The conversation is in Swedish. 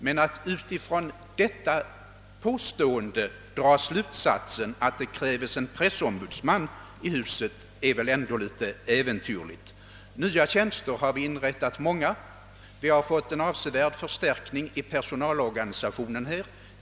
Men att utifrån detta påpekande dra slutsatsen att det krävs en pressombudsman i huset är väl ändå litet äventyrligt. Vi har just inrättat många nya tjänster och fått en avsevärd förstärkning av personalorganisationen.